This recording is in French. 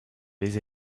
les